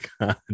God